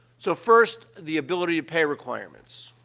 so, first, the ability-to-pay requirements.